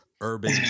urban